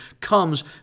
comes